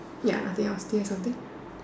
ya nothing else do you have something